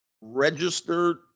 registered